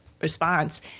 response